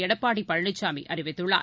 எடப்பாடி பழனிசாமி அறிவித்துள்ளார்